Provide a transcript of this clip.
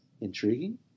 intriguing